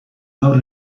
gaur